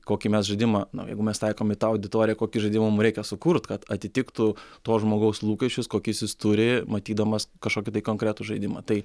kokį mes žaidimą na jeigu mes taikom į tą auditoriją kokį žaidimą mum reikia sukurt kad atitiktų to žmogaus lūkesčius kokius jis turi matydamas kažkokį tai konkretų žaidimą tai